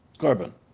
carbon